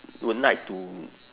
would like to